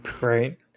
Right